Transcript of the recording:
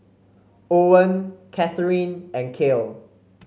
Owen Katherine and Cale